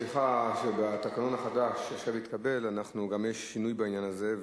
שבתקנון החדש שעכשיו התקבל יש שינוי בעניין הזה,